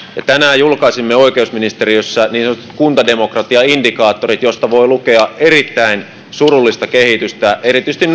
tänään julkaisimme oikeusministeriössä niin sanotut kuntademokratiaindikaattorit joista voi lukea erittäin surullista kehitystä erityisesti